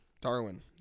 Darwin